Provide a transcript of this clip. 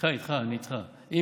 אדוני,